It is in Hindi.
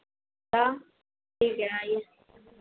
हाँ ठीक है आइये